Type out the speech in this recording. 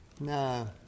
No